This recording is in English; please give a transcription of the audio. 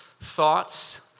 thoughts